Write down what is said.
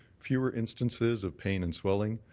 fewer instances of pain and swelling.